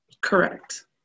Correct